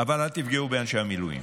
אבל אל תפגעו באנשי המילואים.